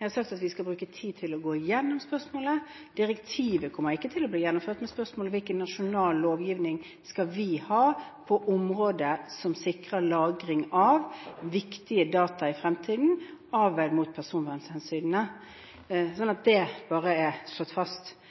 Jeg har sagt at vi skal bruke tid til å gå igjennom spørsmålet. Direktivet kommer ikke til å bli gjennomført, men spørsmålet er hvilken nasjonal lovgivning vi skal ha på området som sikrer lagring av viktige data i fremtiden, avveid mot personvernhensynene – slik at det er slått fast.